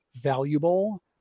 valuable